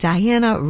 Diana